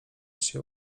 się